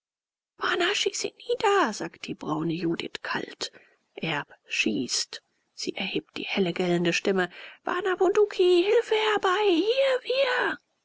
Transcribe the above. bana schieße ihn nieder sagt die braune judith kalt erb schießt sie erhebt die helle gellende stimme bana bunduki hilfe herbei hier wir